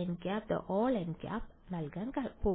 · nˆnˆ നൽകാൻ പോകുന്നു